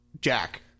Jack